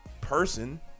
person